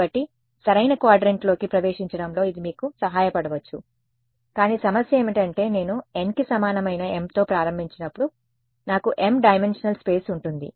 కాబట్టి సరైన క్వాడ్రంట్లోకి ప్రవేశించడంలో ఇది మీకు సహాయపడవచ్చు కానీ సమస్య ఏమిటంటే నేను n కి సమానమైన m తో ప్రారంభించినప్పుడు నాకు m డైమెన్షనల్ స్పేస్ ఉంటుంది